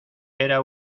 era